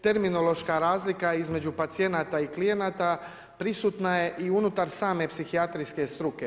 Terminološka razlika između pacijenata i klijenata prisutna je i unutar same psihijatrijske struke.